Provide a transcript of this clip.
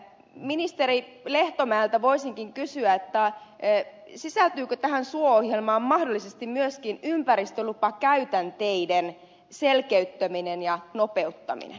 ministeri lehtomäeltä voisinkin kysyä sisältyykö tähän suo ohjelmaan mahdollisesti myöskin ympäristölupakäytänteiden selkeyttäminen ja nopeuttaminen